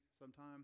sometime